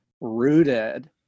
rooted